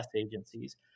agencies